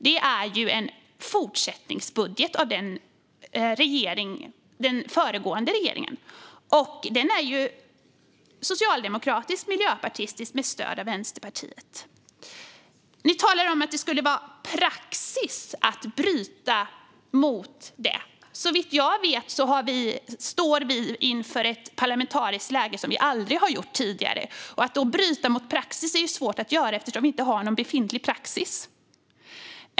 Det är en fortsättningsbudget som den föregående regeringen har lagt fram. Den är ju socialdemokratisk och miljöpartistisk med stöd av Vänsterpartiet. Ni talar om att det skulle vara praxis att bryta mot detta. Såvitt jag vet står vi inför ett parlamentariskt läge som vi aldrig har haft tidigare. Att då bryta mot praxis är svårt eftersom vi inte har någon befintlig praxis.